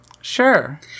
Sure